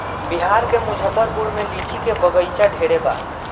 बिहार के मुजफ्फरपुर में लीची के बगइचा ढेरे बा